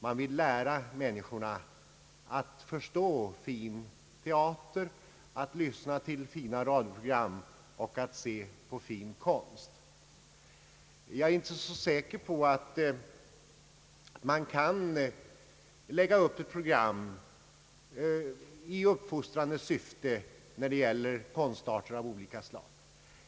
Man vill lära människorna att förstå fin teater, att lyssna till fina radioprogram och se på fin konst. Jag är inte så säker på att man kan lägga upp ett program i uppfostrande syfte när det gäller konstarter av olika slag.